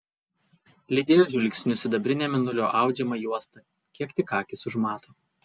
lydėjo žvilgsniu sidabrinę mėnulio audžiamą juostą kiek tik akys užmato